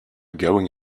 going